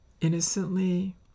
innocently